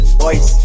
boys